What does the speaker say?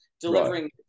delivering